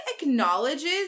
acknowledges